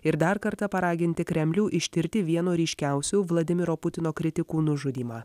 ir dar kartą paraginti kremlių ištirti vieno ryškiausių vladimiro putino kritikų nužudymą